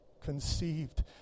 conceived